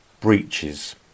breaches